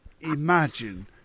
imagine